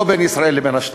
לא בין ישראל לבין השטחים.